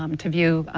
um to view,